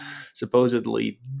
supposedly